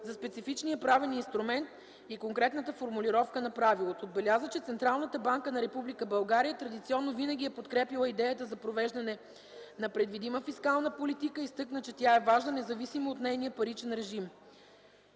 за специфичния правен инструмент и конкретната формулировка на правилото”. Отбеляза, че Централната банка на Република България традиционно винаги е подкрепяла идеята за провеждане на предвидима фискална политика и изтъкна, че тя е важна, независимо от нейния паричен режим.